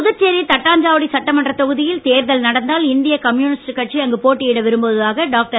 புதுச்சேரி தட்டாஞ்சாவடி சட்டமன்றத் தொகுதியில் தேர்தல் நடந்தால் இந்திய கம்யூனிஸ்ட் கட்சி அங்கு போட்டியிட விரும்புவதாக டாக்டர்